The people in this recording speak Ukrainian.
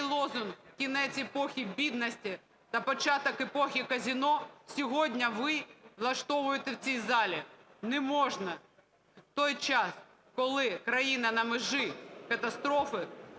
лозунг "Кінець епохи бідності та початок епохи казино" сьогодні ви влаштовуєте в цій залі. Не можна в той час, коли країна на межі катастрофи,